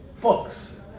books